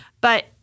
but-